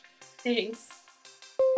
Thanks